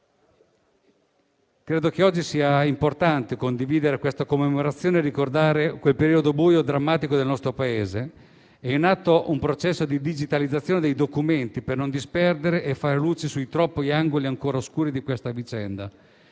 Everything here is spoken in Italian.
Credo che oggi sia importante condividere questa commemorazione e ricordare quel periodo buio e drammatico del nostro Paese. È in atto un processo di digitalizzazione dei documenti per non disperdere e fare luce sui troppi angoli ancora oscuri di questa vicenda,